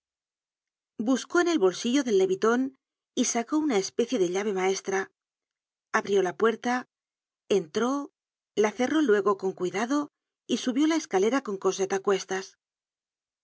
buscó en el bolsillo del leviton y sacó una especie de llave maesr tra abrió la puerta entró la cerró luego con euidado y subió la escalera con cosette á cuestas